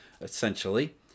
essentially